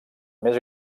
més